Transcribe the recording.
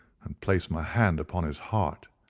and placed my hand upon his heart.